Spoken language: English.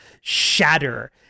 shatter